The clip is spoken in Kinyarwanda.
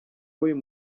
w’uyu